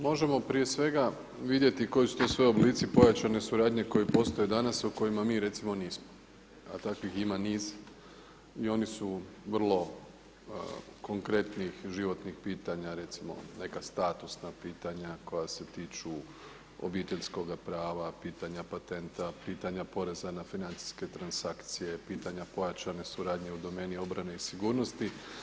Možemo prije svega vidjeti koji su to sve oblici pojačane suradnje koji postoje danas u kojima mi recimo nismo, a takvih ima niz i oni su vrlo konkretnih životnih pitanja, recimo neka statusna pitanja koja se tiču obiteljskoga prava, pitanja patenta, pitanja poreza na financijske transakcije, pitanja pojačane suradnje u domeni obrane i sigurnosti.